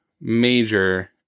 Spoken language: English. major